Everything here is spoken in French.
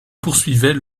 poursuivait